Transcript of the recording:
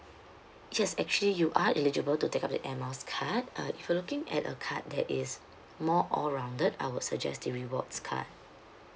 yes actually you are eligible to take up the air miles card uh if you looking at a card that is more all rounded I would suggest the rewards card